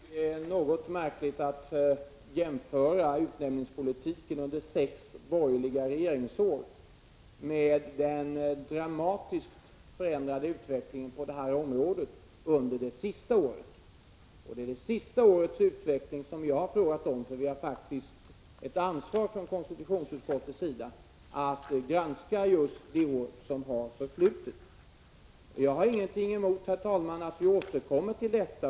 Herr talman! Det är något märkligt att jämföra utnämningspolitiken under sex borgerliga regeringsår med den dramatiskt förändrade utvecklingen på det här området under det senaste året. Och det är det senaste årets utveckling som jag har talat om. Vi har faktiskt i konstitutionsutskottet ett ansvar för att granska just det år som har förflutit. Jag har ingenting emot, herr talman, att vi återkommer till detta.